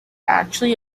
actually